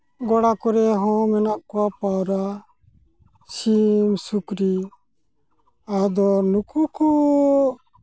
ᱜᱚᱲᱟ ᱠᱚᱨᱮ ᱦᱚᱸ ᱢᱮᱱᱟᱜ ᱠᱚᱣᱟ ᱯᱟᱣᱨᱟ ᱥᱤᱢ ᱥᱩᱠᱨᱤ ᱟᱫᱚ ᱱᱩᱠᱩ ᱠᱚ